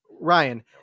Ryan